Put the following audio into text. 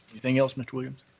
anything else, mr. williams?